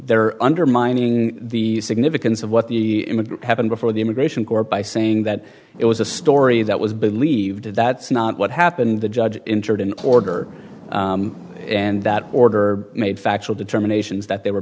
they're undermining the significance of what the immigrant happened before the immigration court by saying that it was a story that was believed that's not what happened the judge entered an order and that order made factual determinations that they were